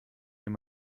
den